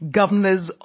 governors